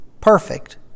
perfect